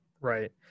Right